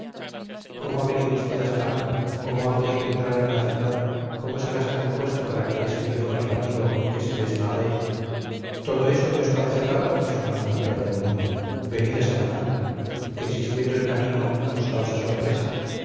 cómo ha venido usted a salamanca cómo ha podido entrar en la ciudad cómo se las ha compuesto para que ese viejo relamido ese desmarets todo eso que os parece raro es lo más natural del mundo venir a salamanca existiendo el camino os causa sorpresa